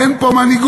אין פה מנהיגות,